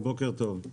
בוקר טוב.